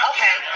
Okay